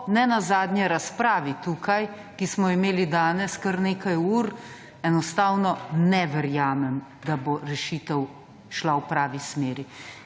nenazadnje razpravi tukaj, ki smo imeli danes kar nekaj ur, enostavno ne verjamem, da bo rešitev šla v pravi smeri.